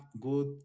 good